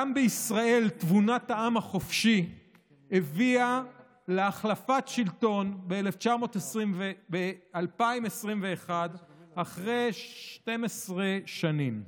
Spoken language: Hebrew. גם בישראל תבונת העם החופשי הביאה להחלפת שלטון ב-2021 אחרי 12 שנים.